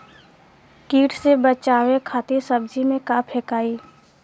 कीट से बचावे खातिन सब्जी में का फेकाई?